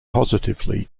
positively